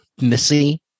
Missy